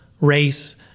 race